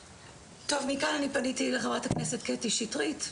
טוב, מכאן אני פניתי לחברת הכנסת קטי שטרית,